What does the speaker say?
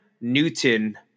Newton